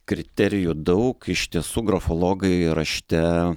kriterijų daug iš tiesų grafologai rašte